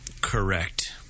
correct